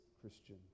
Christian